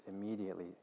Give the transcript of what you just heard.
immediately